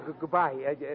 goodbye